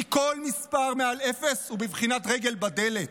כי כל מספר מעל אפס הוא בבחינת רגל בדלת,